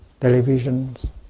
televisions